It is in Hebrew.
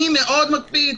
אני מאוד מקפיד,